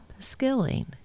upskilling